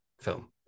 film